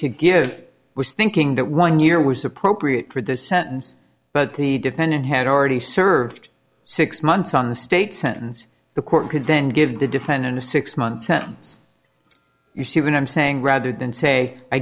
to give was thinking that one year was appropriate for the sentence but the defendant had already served six months on the state sentence the court could then give the defendant a six month sentence you see what i'm saying rather than say i